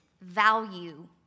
value